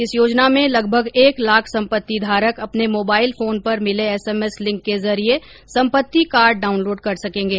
इस योजना में लगभग एक लाख संपत्ति धारक अपने मोबाइल फोन पर मिले एसएमएस लिंक के जरिये संपत्ति कार्ड डाउनलोड कर सकेंगे